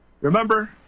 Remember